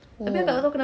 oh